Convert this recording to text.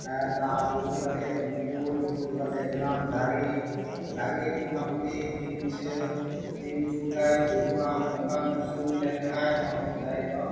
ᱫᱟᱜ ᱫᱩᱞ ᱠᱟᱛᱮᱫ ᱟᱹᱝᱠᱩᱨ ᱟᱹᱝᱠᱩᱨ ᱠᱟᱛᱮᱫ ᱡᱟᱱᱟᱢ ᱫᱟᱨᱮ ᱫᱟᱨᱮ ᱢᱚᱴᱟ ᱢᱩᱴᱤ ᱛᱤᱱᱼᱪᱟᱹᱨ ᱛᱤᱱ ᱯᱷᱩᱴᱜᱟᱱ ᱦᱩᱭᱩᱜᱼᱟ ᱱᱚᱝᱠᱟᱱ ᱩᱥᱩᱞ ᱞᱮᱱᱠᱷᱟᱱ ᱱᱚᱣᱟᱠᱚ ᱫᱟᱨᱮᱫᱚ